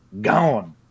gone